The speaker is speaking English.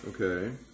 Okay